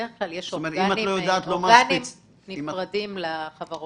בדרך כלל יש אורגנים נפרדים לחברות.